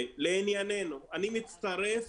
לעניינו, אני מצטרף